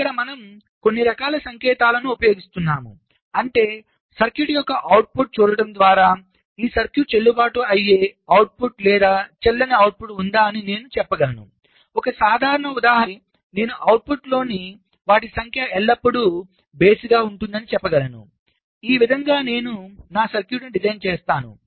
ఇక్కడ మనం కొన్ని రకాల సంకేతాలను ఉపయోగిస్తున్నాము అంటే సర్క్యూట్ యొక్క అవుట్పుట్ చూడటం ద్వారా ఈ సర్క్యూట్ చెల్లుబాటు అయ్యే అవుట్పుట్ లేదా చెల్లని అవుట్పుట్ ఉందా అని నేను చెప్పగలనుఒక సాధారణ ఉదాహరణ వలె నేను అవుట్పుట్లోని వాటి సంఖ్య ఎల్లప్పుడూ బేసిగా ఉంటుందని చెప్పగలను ఈ విధంగా నేను నా సర్క్యూట్ను డిజైన్ చేస్తాను